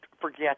forget